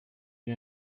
wie